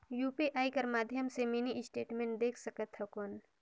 UPI कर माध्यम से मिनी स्टेटमेंट देख सकथव कौन?